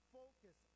focus